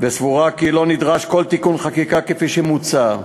וסבורה כי לא נדרש כל תיקון חקיקה כפי שמוצע,